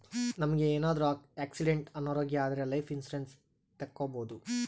ನಮ್ಗೆ ಏನಾದ್ರೂ ಆಕ್ಸಿಡೆಂಟ್ ಅನಾರೋಗ್ಯ ಆದ್ರೆ ಲೈಫ್ ಇನ್ಸೂರೆನ್ಸ್ ತಕ್ಕೊಬೋದು